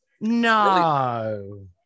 No